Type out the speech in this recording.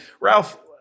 Ralph